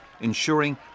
ensuring